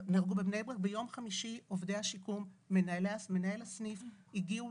ביום חמישי עובדי השיקום ומנהל הסניף הגיעו